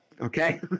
okay